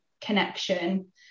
connection